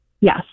Yes